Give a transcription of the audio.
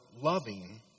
loving